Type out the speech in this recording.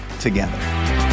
together